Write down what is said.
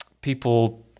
people